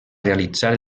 realitzar